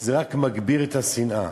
רק מגביר את השנאה.